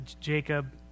Jacob